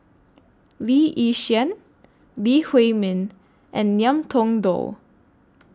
Lee Yi Shyan Lee Huei Min and Ngiam Tong Dow